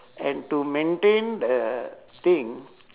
and to maintain the thing